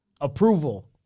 approval